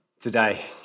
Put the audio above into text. today